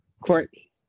Courtney